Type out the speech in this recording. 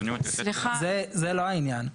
זה לא העניין.